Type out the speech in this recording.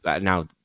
now